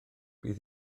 bydd